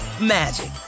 magic